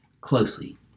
closely